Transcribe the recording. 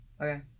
Okay